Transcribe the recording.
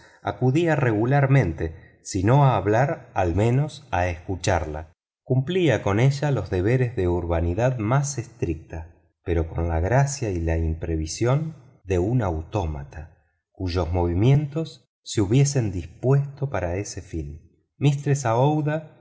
acudía regularmente si no a hablar al menos a escucharla cumplía con ella los deberes de urbanidad más estricta pero con la gracia y la imprevisión de un autómata cuyos movimientos se hubiesen dispuesto para ese fin aouida